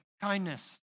kindness